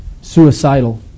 suicidal